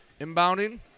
inbounding